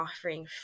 offering